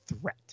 threat